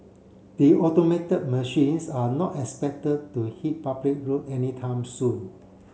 the automated machines are not expected to hit public road anytime soon